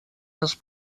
les